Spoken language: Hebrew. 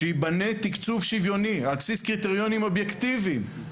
שייבנה תקצוב שוויוני על בסיס קריטריונים אובייקטיביים.